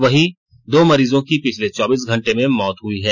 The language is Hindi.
वहीं दो मरीजों की पिछले चौबीस घंटे में मौत हुई है